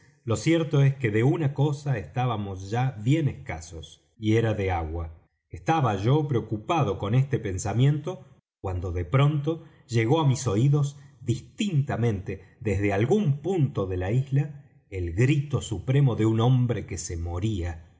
lo cierto es que de una cosa estábamos ya bien escasos y era de agua estaba yo preocupado con este pensamiento cuando de pronto llegó á mis oídos distintamente desde algún punto de la isla el grito supremo de un hombre que se moría